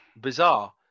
bizarre